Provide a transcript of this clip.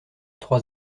trois